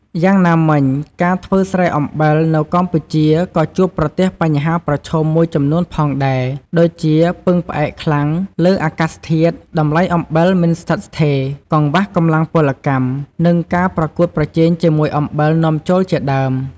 យ៉ាងណាមិញ ការធ្វើស្រែអំបិលនៅកម្ពុជាក៏ជួបប្រទះបញ្ហាប្រឈមមួយចំនួនផងដែរ ដូចជា ពឹងផ្អែកខ្លាំងលើអាកាសធាតុ តម្លៃអំបិលមិនស្ថិតស្ថេរ កង្វះកម្លាំងពលកម្ម និងការប្រកួតប្រជែងជាមួយអំបិលនាំចូលជាដើម។